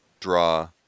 draw